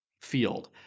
field